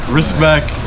respect